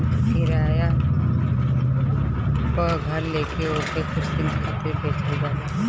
किराया पअ घर लेके ओके कुछ दिन खातिर बेचल जाला